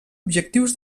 objectius